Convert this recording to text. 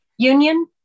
Union